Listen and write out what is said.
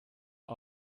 are